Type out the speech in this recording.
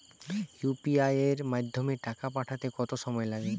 UPI এর মাধ্যমে টাকা পাঠাতে কত সময় লাগে?